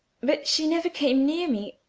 but she never came near me,